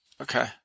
okay